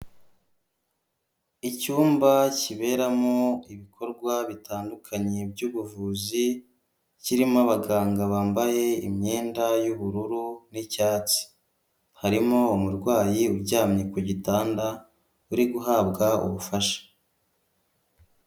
Icyumba kiberamo ibikorwa bitandukanye by'ubuvuzi, kirimo abaganga bambaye imyenda y'ubururu n'icyatsi, harimo umurwayi uryamye ku gitanda uri guhabwa ubufasha.